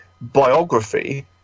biography